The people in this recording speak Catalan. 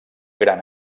gran